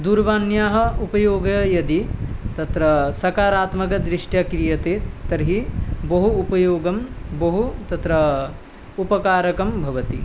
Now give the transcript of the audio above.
दूरवाण्याः उपयोगः यदि तत्र सकारात्मकदृष्ट्या क्रियते तर्हि बहु उपयोगः बहु तत्र उपकारकं भवति